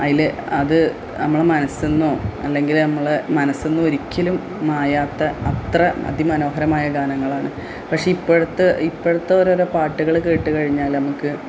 അതിൽ അത് നമ്മുടെ മനസ്സെന്നോ അല്ലെങ്കിൽ നമ്മൾ മനസ്സെന്ന് ഒരിക്കലും മായാത്ത അത്ര അതിമനോഹരമായ ഗാനങ്ങളാണ് പക്ഷേ ഇപ്പോഴത്തെ ഇപ്പോഴത്തോരോരോ പാട്ടുകേട്ട് കഴിഞ്ഞാൽ നമുക്ക്